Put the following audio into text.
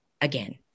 again